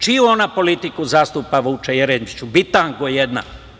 Čiju ona politiku zastupa, Vuče Jeremiću, bitango jedna?